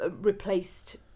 replaced